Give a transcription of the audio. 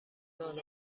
نان